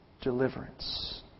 deliverance